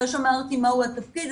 אחרי שאמרתי מהו התפקיד,